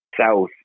south